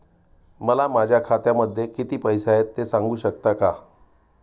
मला माझ्या खात्यामध्ये किती पैसे आहेत ते सांगू शकता का?